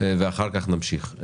ואחר כך נמשיך.